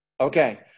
Okay